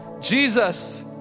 Jesus